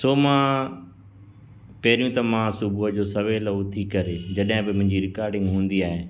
सो मां पहिर्यों त मां सुबुह जो सवेल उथी करे जॾहिं बि मुंहिंजी रिकॉर्डिंग हूंदी आहे